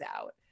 out